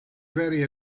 very